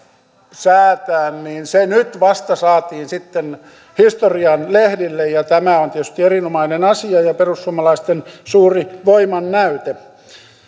säätää mutta vasta nyt se saatiin historian lehdille ja tämä on tietysti erinomainen asia ja perussuomalaisten suuri voimannäyte